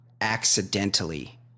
accidentally